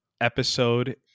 episode